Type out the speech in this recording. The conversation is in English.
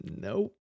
Nope